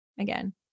again